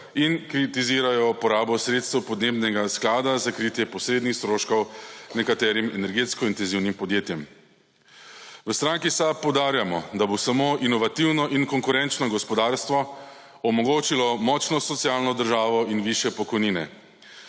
in kritizirajo uporabo sredstev podnebnega sklada za kritje posrednih stroškov nekaterim energetsko intenzivnim podjetjem. V strani SAB poudarjamo, da bo samo inovativno in konkurenčno gospodarstvo omogočilo močno socialno državo in višje pokojnine.